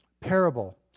parable